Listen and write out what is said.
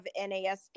NASW